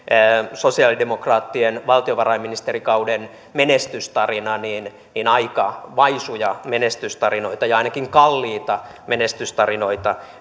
sosialidemokraattien valtiovarainministerikauden menestystarina niin niin aika vaisuja menestystarinoita ja ainakin kalliita menestystarinoita